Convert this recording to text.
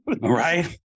Right